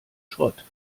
schrott